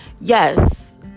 yes